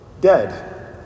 dead